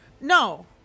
No